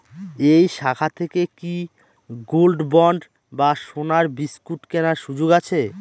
এই শাখা থেকে কি গোল্ডবন্ড বা সোনার বিসকুট কেনার সুযোগ আছে?